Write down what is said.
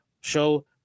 show